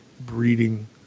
breeding